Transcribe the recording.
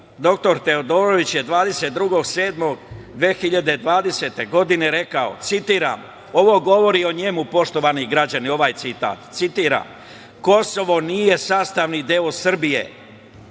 dr Teodorović, je 22.07.2020. godine rekao, ovo govori o njemu, poštovani građani, ovaj citat, pa citiram: „Kosovo nije sastavni deo Srbije“,